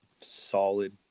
solid